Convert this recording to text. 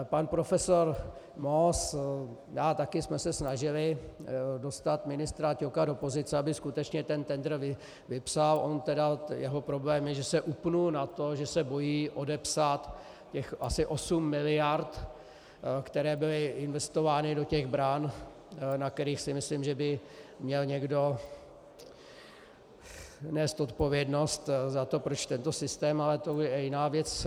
Pan profesor Moos, já také, jsme se snažili dostat ministra Ťoka do pozice, aby skutečně ten tendr vypsal, on tedy jeho problém je, že se upnul na to, že se bojí odepsat těch asi 8 miliard, které byly investovány do těch bran, na kterých si myslím, že by měl někdo nést odpovědnost za to, proč tento systém, ale to je jiná věc.